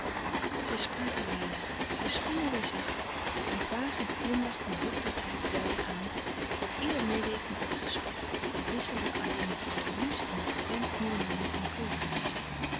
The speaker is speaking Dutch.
zij spraken weinig zij schommelden zacht een vage glimlach van hoffelijkheid duidde aan dat ieder meê deed met het gesprek ook al wisselden alleen mevrouw de luce en de regent nu en dan een enkel woord